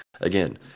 again